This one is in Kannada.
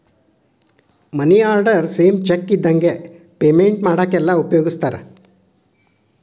ಮನಿ ಆರ್ಡರ್ ಸೇಮ್ ಚೆಕ್ ಇದ್ದಂಗೆ ಪೇಮೆಂಟ್ ಮಾಡಾಕೆಲ್ಲ ಉಪಯೋಗಿಸ್ತಾರ